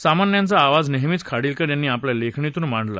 सामान्यांचा आवाज नेहमीच खाडिलकर यांनी आपल्या लेखणीतून मांडला